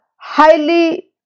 highly